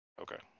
Okay